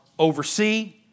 Oversee